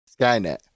Skynet